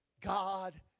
God